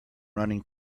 running